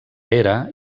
era